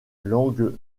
langue